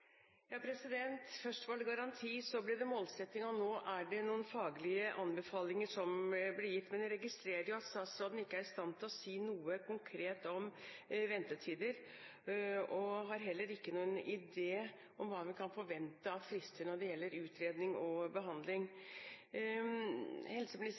Først var det garanti, så ble det målsetting, og nå er det noen faglige anbefalinger som blir gitt. Men jeg registrerer at statsråden ikke er i stand til å si noe konkret om ventetider og har heller ikke noen idé om hva vi kan forvente av frister når det gjelder utredning og behandling.